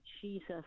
Jesus